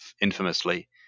infamously